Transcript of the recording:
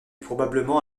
probablement